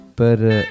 para